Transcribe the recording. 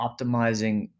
optimizing